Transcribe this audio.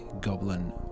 goblin